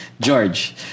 George